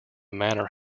manor